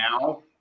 now